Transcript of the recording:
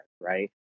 right